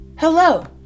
Hello